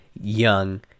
young